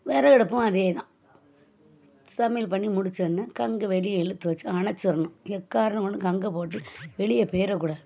விறகு அடுப்பும் அதே தான் சமையல் பண்ணி முடிச்சோடனே கங்கு வெளியே இழுத்து வச்சு அணைச்சிடணும் எக்காரணம் கொண்டும் கங்கை போட்டு வெளியே போயிறக்கூடாது